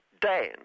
Dan